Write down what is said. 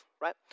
right